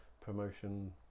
promotion